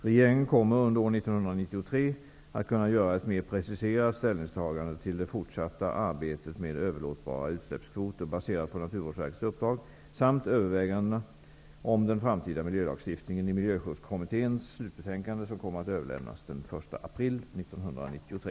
Regeringen kommer under år 1993 att kunna göra ett mer preciserat ställningstagande till det fortsatta arbetet med överlåtbara utsläppskvoter baserat på Miljöskyddskommitténs slutbetänkande, som kommer att överlämnas den 1 april 1993.